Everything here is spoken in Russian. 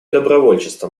добровольчества